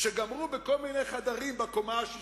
שגמרו בכל מיני חדרים בקומה השישית,